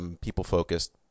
people-focused